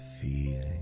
feeling